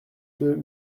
deux